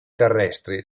terrestri